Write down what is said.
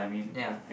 ya